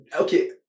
Okay